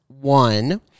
one